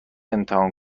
امتحان